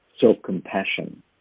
Self-Compassion